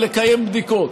ולקיים בדיקות.